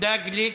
יהודה גליק,